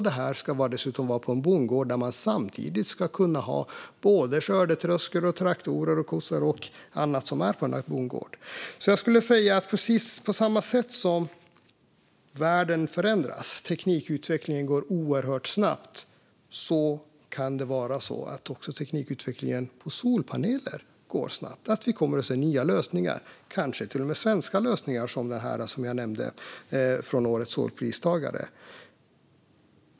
Detta ska dessutom göras på en bondgård där man ska kunna ha skördetröskor, traktorer, kossor och annat som finns på en bondgård. Precis på samma sätt som att världen förändras och teknikutvecklingen går oerhört snabbt skulle jag alltså säga att det kan vara så att även teknikutvecklingen för solpaneler går snabbt. Vi kommer kanske att se nya lösningar - kanske till och med svenska lösningar, som den jag nämnde gällande årets Solenergipristagare.